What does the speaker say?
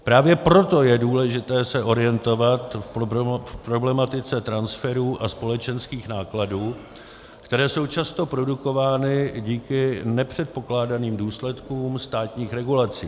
Právě proto je důležité se orientovat v problematice transferu a společenských nákladů, kterou jsou často produkovány díky nepředpokládaným důsledkům státních regulací.